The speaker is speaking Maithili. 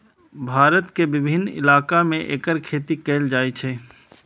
भारत के विभिन्न इलाका मे एकर खेती कैल जाइ छै